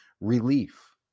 relief